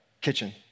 kitchen